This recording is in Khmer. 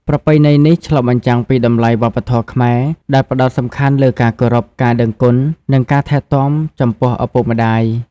ប្រពៃណីនេះ ឆ្លុះបញ្ចាំងពីតម្លៃវប្បធម៌ខ្មែរ ដែលផ្ដោតសំខាន់លើការគោរព ការដឹងគុណ និងការថែទាំចំពោះឪពុកម្តាយ។